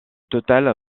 total